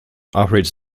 operates